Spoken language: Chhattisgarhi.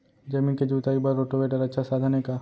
जमीन के जुताई बर रोटोवेटर अच्छा साधन हे का?